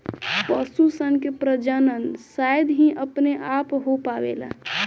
पशु सन के प्रजनन शायद ही अपने आप हो पावेला